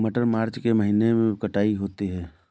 मटर मार्च के महीने कटाई होती है?